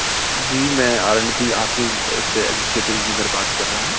جی میں R N B office سے executive engineer بات کر رہا ہوں